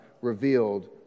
revealed